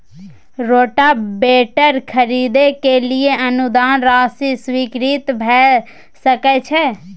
Rotavator खरीदे के लिए अनुदान राशि स्वीकृत भ सकय छैय?